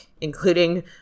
including